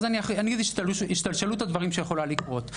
אני אגיד את השתלשלות הדברים שיכולה לקרות.